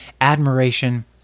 admiration